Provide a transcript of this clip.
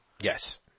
Yes